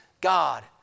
God